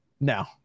No